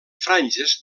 franges